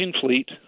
fleet